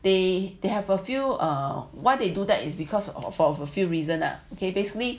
they they have a few or what they do that is because of of a few reason lah okay basically